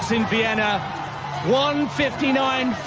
vienna one fifty nine